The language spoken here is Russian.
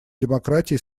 демократии